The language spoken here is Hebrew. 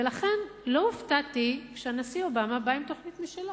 ולכן לא הופתעתי שהנשיא אובמה בא עם תוכנית משלו.